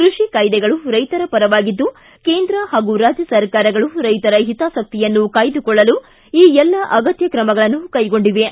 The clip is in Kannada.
ಕೃಷಿ ಕಾಯ್ದೆಗಳು ರೈತರ ಪರವಾಗಿದ್ದು ಕೇಂದ್ರ ಹಾಗೂ ರಾಜ್ಯ ಸರ್ಕಾರಗಳು ರೈತರ ಕಾಯ್ದುಕೊಳ್ಳಲು ಈ ಎಲ್ಲ ಅಗತ್ಯ ತ್ರಮಗಳನ್ನು ಕೈಗೊಂಡಿವೆ